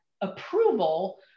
approval